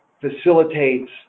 facilitates